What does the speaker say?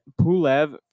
Pulev